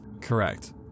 Correct